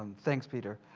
thanks peter.